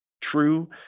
true